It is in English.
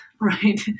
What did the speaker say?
right